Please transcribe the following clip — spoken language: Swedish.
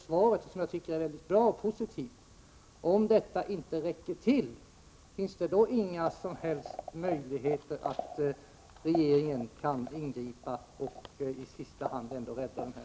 Svaret är mycket positivt, men jag vill fråga om regeringen — om det skulle bli nödvändigt — ändå inte kan gå in och i sista hand rädda byggnadsminnet.